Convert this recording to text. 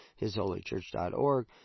hisholychurch.org